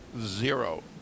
Zero